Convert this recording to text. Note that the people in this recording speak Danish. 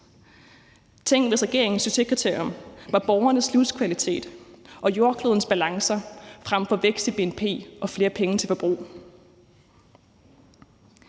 Tænk, hvis regeringens succeskriterium var borgernes livskvalitet og jordklodens balancer frem for vækst i bnp og flere penge til forbrug.